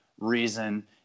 reason